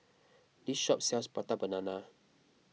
this shop sells Prata Banana